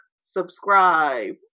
subscribe